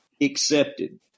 accepted